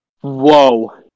Whoa